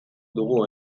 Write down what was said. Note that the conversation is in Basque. dugu